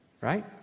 Right